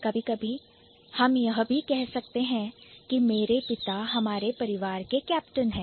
कभी कभी हम यह भी कह सकते हैं कि मेरे पिता हमारे परिवार के कैप्टन हैं